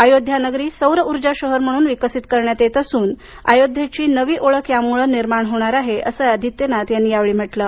अयोध्या नागरी सौर ऊर्जा शहर म्हणून विकसित करण्यात येत असून अयोध्येची नवी ओळख यामुळे निर्माण होणार आहे असं आदित्यनाथ यांनी यावेळी म्हटलं आहे